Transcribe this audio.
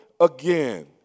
again